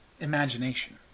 imagination